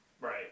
Right